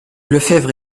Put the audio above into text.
lefevre